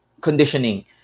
conditioning